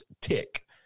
tick